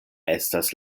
estas